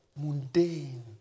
Mundane